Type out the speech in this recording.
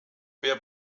wer